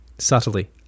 Subtly